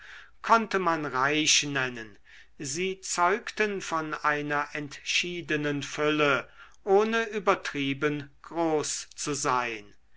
konnte man reich nennen sie zeugten von einer entschiedenen fülle ohne übertrieben groß zu sein